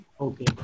Okay